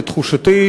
את תחושתי,